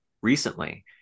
recently